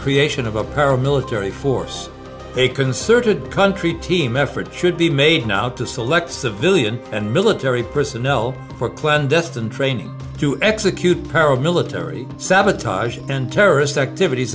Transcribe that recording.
creation of a paramilitary force a concerted country team effort should be made now to select civilian and military personnel for clandestine training to execute paramilitary sabotage and terrorist activities